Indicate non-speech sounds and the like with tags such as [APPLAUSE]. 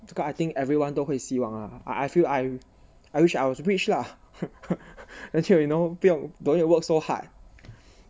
这个 I think everyone 都会希望 lah I feel I I wish I was rich lah [LAUGHS] actually you you know 不用 don't need work so hard